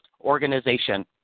organization